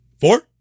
Four